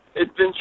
Adventure